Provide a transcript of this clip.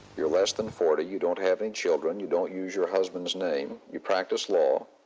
you're less than forty. you don't have any children. you don't use your husband's name. you practice law.